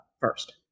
First